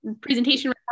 presentation